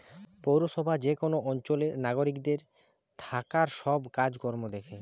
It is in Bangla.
পৌরসভা যে কোন অঞ্চলের নাগরিকদের থাকার সব কাজ কর্ম দ্যাখে